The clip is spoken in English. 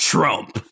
Trump